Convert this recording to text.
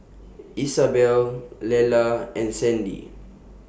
Isabell Lelah and Sandy